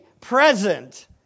present